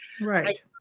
right